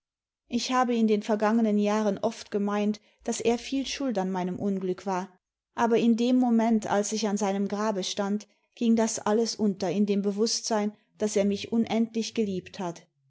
ich habe in den vergangenen jahren oft gemeint daß er viel schuld an meinem unglück war aber in dem moment als ich an seinem grabe stand ging das alles unter in dem bewußtsein daß er mich imendlich geliebt hat